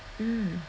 mm